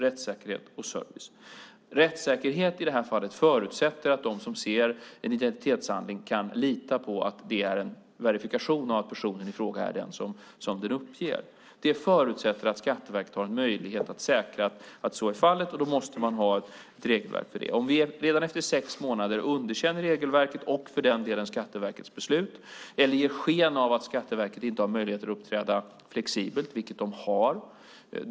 Rättssäkerhet förutsätter i det här fallet att de som ser en identitetshandling kan lita på det är en verifikation och att personen är den som den uppger. Det förutsätter att Skatteverket har en möjlighet att säkra att så är fallet, och då måste man ha ett regelverk för det. Vi kan då inte redan efter sex månader underkänna regelverket, eller för den delen Skatteverkets beslut, eller ge sken av att Skatteverket inte har möjlighet att uppträda flexibelt, vilket det har.